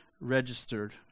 registered